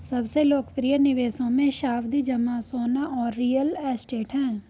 सबसे लोकप्रिय निवेशों मे, सावधि जमा, सोना और रियल एस्टेट है